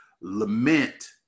lament